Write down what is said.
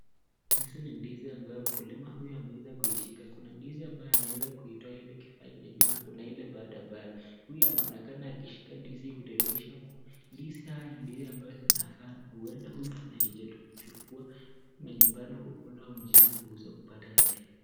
Hizi ni ndizi ambazo mkulima huyu ameweza kuizishika, na kuna ndizi ambayo ameweza kuitoa ili kifanye na kuna ile bado. Huyu anaonekana akishika ndizi kudhihirisha kuwa ndizi hiyi ndoyo ambazo inafaa na huenda huyu anaichukua nyumbani kukula, mjini kuuza kupata hela.